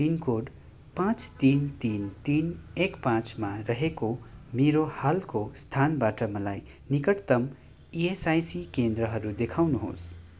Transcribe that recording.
pin code पाँच तिन तिन तिन एक पाँचमा रहेको मेरो हालको स्थानबाट मलाई निकटतम इएसआइसी केन्द्रहरू देखाउनुहोस्